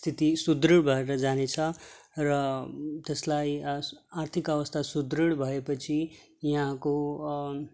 स्थिति सुदृढ भएर जानेछ र त्यसलाई आर्थिक अवस्था सुदृढ भएपछि यहाँको